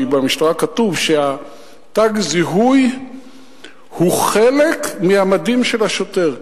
כי במשטרה כתוב שתג זיהוי הוא חלק מהמדים של השוטר.